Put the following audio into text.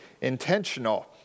intentional